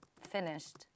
finished